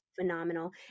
phenomenal